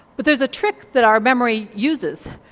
but there's a trick that our memory uses,